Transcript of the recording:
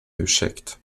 ursäkt